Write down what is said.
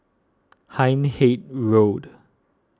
Hindhede Road